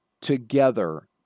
together